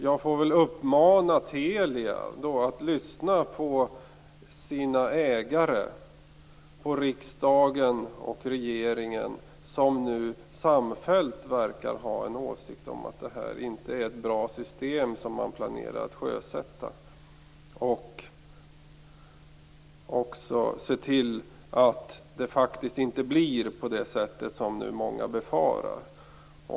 Jag får väl uppmana Telia att lyssna på sina ägare - riksdagen och regeringen, som nu samfällt verkar ha åsikten att det inte är ett bra system som man planerar att sjösätta - och att se till att det inte blir på det sätt som många nu befarar.